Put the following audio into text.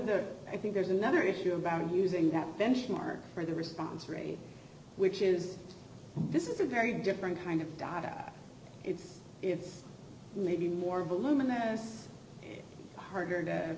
that i think there's another issue about using that benchmark for the response rate which is this is a very different kind of data it's it's maybe more voluminous harder to